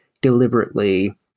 deliberately